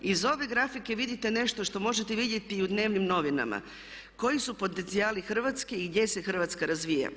Iz ove grafike vidite nešto što možete vidjeti i u dnevnim novinama koji su potencijali Hrvatske i gdje se Hrvatska razvija.